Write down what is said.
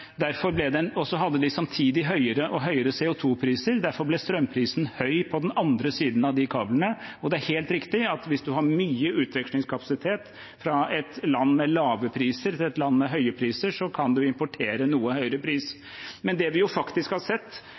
hadde samtidig høyere og høyere CO 2 -priser. Derfor ble strømprisen høy på den andre siden av de kablene. Det er helt riktig at hvis man har mye utvekslingskapasitet fra et land med lave priser til et land med høye priser, kan man importere en noe høyere pris. Men det vi faktisk har sett,